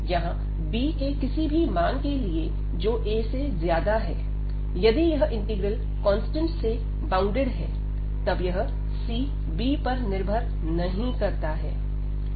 यहां b के किसी भी मान के लिए जो a से ज्यादा है यदि यह इंटीग्रल कांस्टेंट C से बाउंडेड है तब यह C b पर निर्भर नहीं करता है